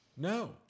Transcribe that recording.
No